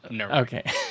Okay